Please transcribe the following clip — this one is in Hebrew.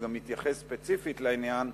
שגם התייחס ספציפית לעניין,